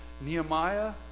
Nehemiah